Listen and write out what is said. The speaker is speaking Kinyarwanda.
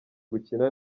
gukina